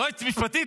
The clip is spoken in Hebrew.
יועצת משפטית,